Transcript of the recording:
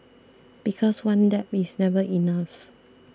because one dab is never enough